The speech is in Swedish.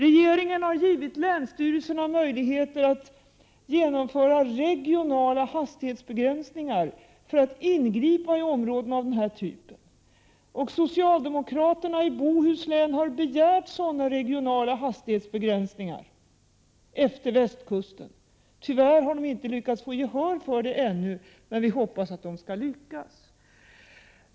Regeringen har givit länsstyrelserna möjligheter att genomföra regionala hastighetsbegränsningar för att ingripa mot trafiken i områden av den här typen. Socialdemokraterna i Bohuslän har begärt sådana regionala hastighetsbegränsningar efter västkusten. Tyvärr har de ännu inte fått gehör för det, men vi hoppas att de skall lyckas.